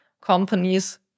companies